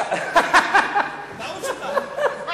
מה אתה צוחק?